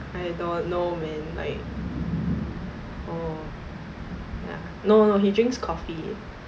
I don't know man like oh ya no no he drinks coffee